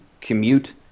commute